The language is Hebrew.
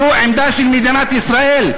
זו עמדה של מדינת ישראל,